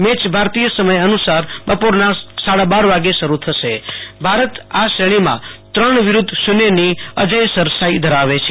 મેય ભારતીય સમય અનુ સાર બપોરના સાડા બાર વાગ્યે શરૂ થશે ભારત આ શ્રેણીમાં ત્રણ વિરૂધ્ધ શુન્યની અજેય સરસાઈ ધરાવે છે